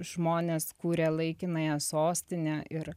žmonės kūrė laikinąją sostinę ir